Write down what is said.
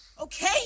Okay